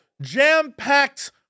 jam-packed